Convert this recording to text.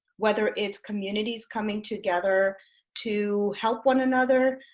whether it's communities coming together to help one another.